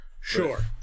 Sure